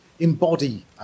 embody